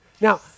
Now